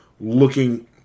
Looking